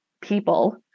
people